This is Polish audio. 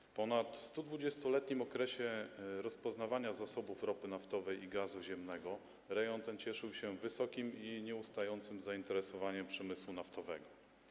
W ponad 120-letnim okresie rozpoznawania zasobów ropy naftowej i gazu ziemnego rejon ten cieszył się wysokim i nieustającym zainteresowaniem przemysłu naftowego.